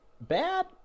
bad